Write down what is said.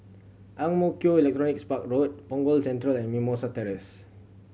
Ang Mo Kio Electronics Park Road Punggol Central and Mimosa Terrace